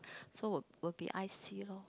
so would would be I_C lor